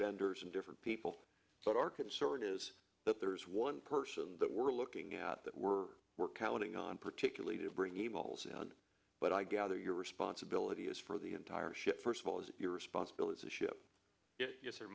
vendors and different people but our concern is that there's one person that we're looking at that we're we're counting on particularly to bring emails in but i gather your responsibility is for the entire ship first of all is it your responsibility to ship it there